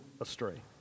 astray